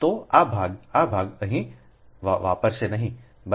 તો આ ભાગ આ ભાગ અહીં વાપરશે નહીં બરાબર